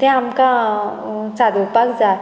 तें आमकां चादोवपाक जाय